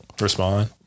respond